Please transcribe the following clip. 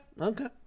Okay